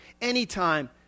anytime